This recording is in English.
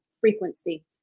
frequency